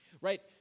right